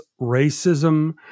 racism